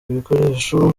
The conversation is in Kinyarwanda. ibikoresho